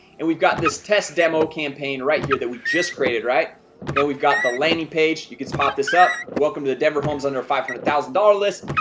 and we've got this test demo campaign right here that we just created right and we've got the landing page. you can spot this up welcome to the denver homes under five hundred thousand dollars list.